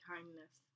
Kindness